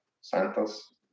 Santos